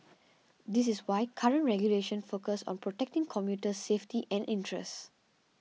this is why current regulations focus on protecting commuter safety and interests